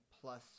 plus